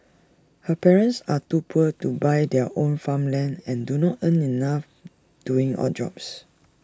her parents are too poor to buy their own farmland and do not earn enough doing odd jobs